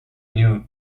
knew